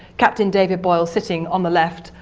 captain david boyle sitting on the left,